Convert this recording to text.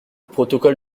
protocole